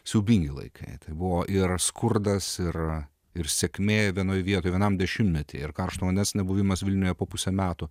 siaubingi laikai tai buvo ir skurdas ir ir sėkmė vienoj vietoj vienam dešimtmety ir karšto vandens nebuvimas vilniuje po pusę metų